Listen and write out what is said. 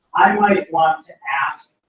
i might want to ask,